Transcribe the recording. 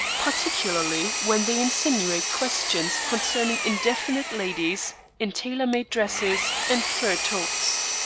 particularly when they insinuate questions concerning indefinite ladies in tailor-made dresses and fur toques.